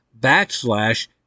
backslash